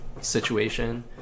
situation